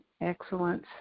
excellence